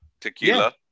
tequila